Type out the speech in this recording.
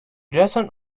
jason